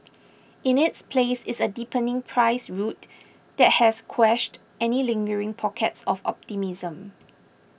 in its place is a deepening price route that has quashed any lingering pockets of optimism